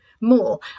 more